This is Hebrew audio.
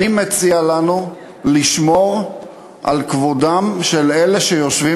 אני מציע לנו לשמור על כבודם של אלה שיושבים